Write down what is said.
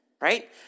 right